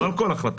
לא על כל החלטה.